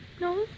No